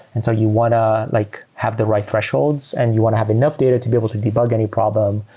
and so you want to like have the right thresholds and you want to have enough data to be able to debug any problem,